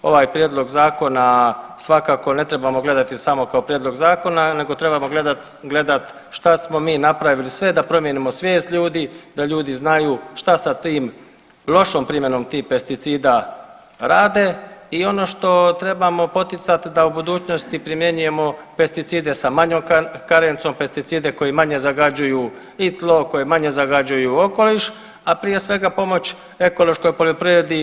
Ovaj prijedlog zakona svakako ne trebamo gledati samo kao prijedlog zakona nego trebamo gledati šta smo mi napravili sve da promijenimo svijest ljudi, da ljudi znaju šta sa tim lošim primjenom tih pesticida rade i ono što trebamo poticati da u budućnosti primjenjujemo pesticide sa manjom karencom, pesticide koji manje zagađuju i tlo, koji manje zagađuju okoliš, a prije svega pomoći ekološkoj poljoprivredi.